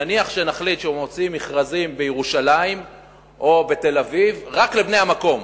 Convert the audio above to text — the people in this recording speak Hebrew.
נניח שנחליט להוציא מכרזים בירושלים או בתל-אביב רק לבני המקום,